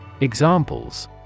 Examples